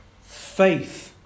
faith